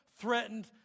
threatened